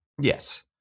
Yes